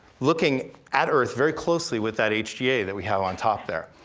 looking at earth very closely with that hga that we have on top there.